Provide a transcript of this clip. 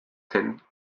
ten